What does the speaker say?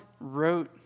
wrote